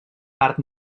part